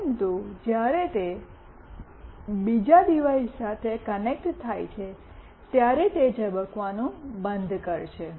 પરંતુ જ્યારે તે બીજા ડિવાઇસ સાથે કનેક્ટ થાય છે ત્યારે તે ઝબકવું બંધ કરશે